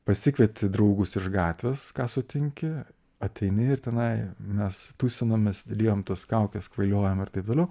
pasikvieti draugus iš gatvės ką sutinki ateini ir tenai mes tūsinomės dalijom tas kaukes kvailiojom ir taip toliau